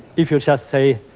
if you just say,